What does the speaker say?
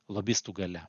lobistų galia